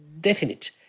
definite